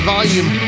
Volume